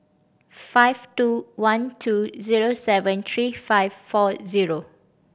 five two one two zero seven three five four zero